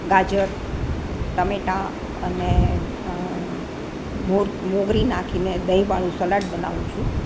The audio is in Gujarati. ગાજર ટમેટાં અને મોગરી નાખીને દહીંવાળું સલાડ બનાવું છું